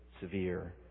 severe